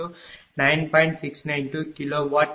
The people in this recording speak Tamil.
692 kVArph